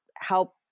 help